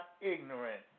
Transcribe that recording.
ignorant